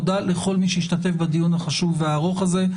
תודה לכל מי שהשתתף בדיון החשוב והארוך הזה,